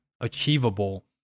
achievable